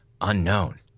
Unknown